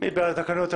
מי בעד אישור התקנות?